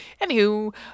Anywho